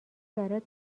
برات